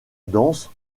dense